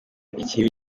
ikibi